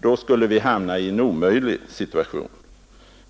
då skulle vi hamna i en omöjlig situation.